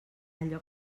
allò